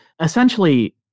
essentially